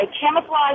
camouflage